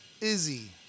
Izzy